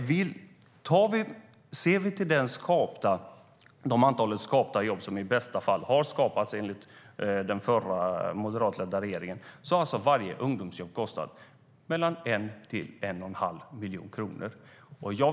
Ser man till det antal jobb som detta i bästa fall har skapat, enligt den förra, moderatledda regeringen, har varje ungdomsjobb kostat mellan 1 och 1 1⁄2 miljon kronor.